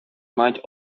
мають